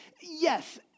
Yes